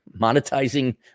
monetizing